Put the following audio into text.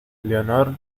leonor